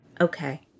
Okay